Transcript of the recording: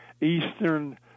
Eastern